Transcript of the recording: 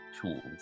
tools